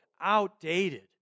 outdated